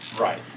Right